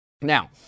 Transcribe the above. Now